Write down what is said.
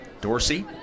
Dorsey